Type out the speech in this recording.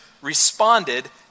responded